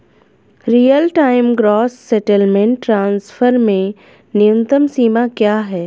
Real time gross settlement transfer में न्यूनतम सीमा क्या है?